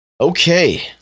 okay